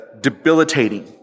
debilitating